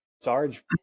Sarge